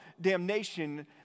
damnation